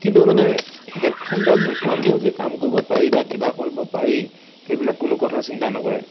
কিন্তু মানে হেডফোনডাল নোহোৱাকেও যে কাম কৰিব পাৰি বা কিবা কৰিব পাৰি সেইবিলাক কোনো কথা চিন্তা নকৰে